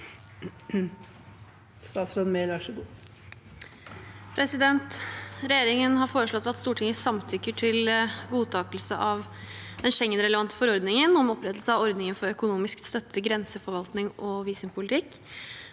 Statsråd Emilie Mehl Regjeringen har foreslått at Stortinget samtykker til godtakelse av den Schengen-relevante forordningen om opprettelse av ordningen for økonomisk støtte til grenseforvaltning og visumpolitikk,